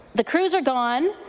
the crews are gone.